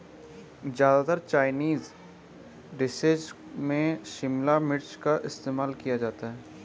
ज्यादातर Chinese dishes में शिमला मिर्च का इस्तेमाल किया जाता है